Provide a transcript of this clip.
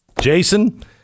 Jason